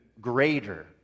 greater